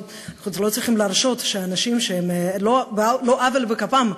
אנחנו לא צריכים להרשות שאנשים, על לא עוול בכפם,